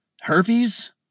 Herpes